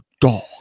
dog